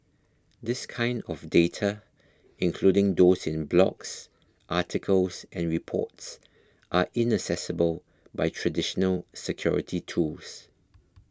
this kind of data including those in blogs articles and reports are inaccessible by traditional security tools